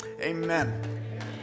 amen